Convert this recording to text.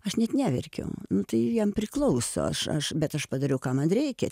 aš net neverkiau nu tai jam priklauso aš aš bet aš padariau ką man reikia